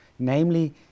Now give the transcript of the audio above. namely